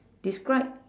describe